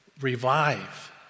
Revive